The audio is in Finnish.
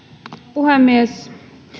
puhemies